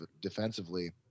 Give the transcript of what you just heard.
defensively